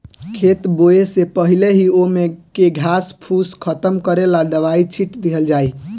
खेत बोवे से पहिले ही ओमे के घास फूस खतम करेला दवाई छिट दिहल जाइ